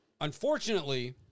unfortunately